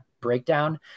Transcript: breakdown